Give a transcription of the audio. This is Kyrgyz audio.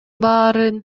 баарын